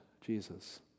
Jesus